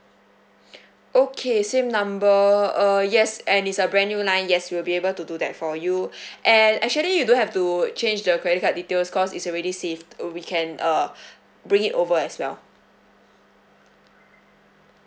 okay same number uh yes and it's a brand new line yes we'll be able to do that for you and actually you don't have to change the credit card details cause it's already saved uh we can uh bring it over as well